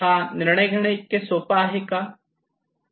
हा निर्णय घेणे इतके सोपे का नाही